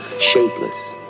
Shapeless